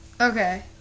okay